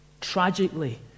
Tragically